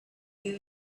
you